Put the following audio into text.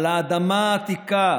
על האדמה העתיקה,